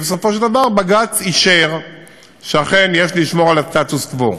ובסופו של דבר בג"ץ אישר שאכן יש לשמור על הסטטוס קוו.